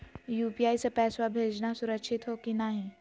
UPI स पैसवा भेजना सुरक्षित हो की नाहीं?